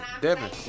Devin